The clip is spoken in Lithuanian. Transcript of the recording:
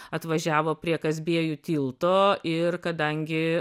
atvažiavo prie kazbėjų tilto ir kadangi